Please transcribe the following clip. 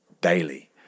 daily